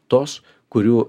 tos kurių